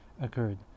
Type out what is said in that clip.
occurred